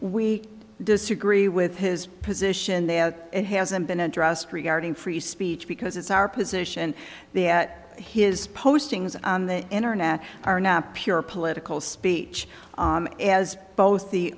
we disagree with his position they have it hasn't been addressed regarding free speech because it's our position the at his postings on the internet are now pure political speech as both the